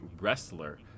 wrestler